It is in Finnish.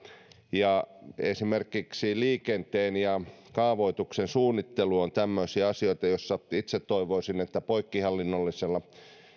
ja esimerkiksi liikenteen ja kaavoituksen suunnittelu ovat tämmöisiä asioita joissa itse toivoisin että poikkihallinnollisella